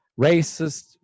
racist